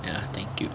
ya thank you